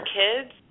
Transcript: kids